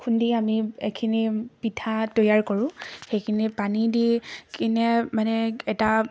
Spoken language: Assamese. খুন্দি আমি এইখিনি পিঠা তৈয়াৰ কৰোঁ সেইখিনি পানী দি কিনে মানে এটা